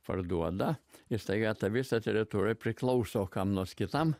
parduoda ir staiga ta visa teritorija priklauso kam nors kitam